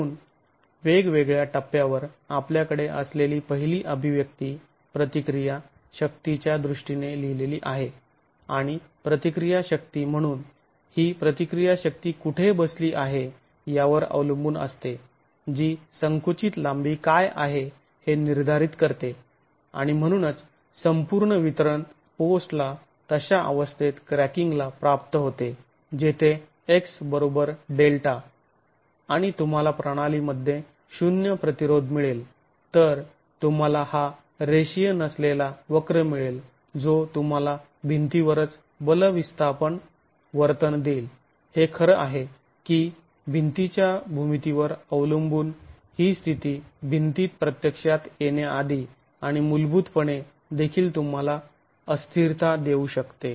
म्हणून वेगवेगळ्या टप्प्यावर आपल्याकडे असलेली पहिली अभिव्यक्ती प्रतिक्रिया शक्तीच्या दृष्टीने लिहिलेली आहे आणि प्रतिक्रिया शक्ती म्हणून ही प्रतिक्रिया शक्ती कुठे बसली आहे यावर अवलंबून असते जी संकुचित लांबी काय आहे हे निर्धारित करते आणि म्हणूनच संपूर्ण वितरण पोस्टला तशा अवस्थेत क्रॅकिंगला प्राप्त होते जेथे x Δ आणि तुम्हाला प्रणालीमध्ये शून्य प्रतिरोध मिळेल तर तुम्हाला हा रेषीय नसलेला वक्र मिळेल जो तुम्हाला भिंतीवरच बल विस्थापन वर्तन देईल हे खर आहे की भिंतीच्या भूमितीवर अवलंबून ही स्थिती भिंतीत प्रत्यक्षात येण्याआधी आणि मूलभूत पणे देखील तुम्हाला अस्थिरता देऊ शकते